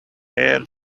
heir